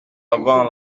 avant